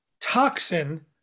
toxin